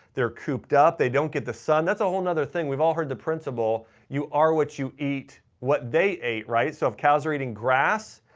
they're cooped up, they don't get the sun, that's a whole and other thing. we've all heard the principle, you are what you eat, what they ate, so if cows are eating grass,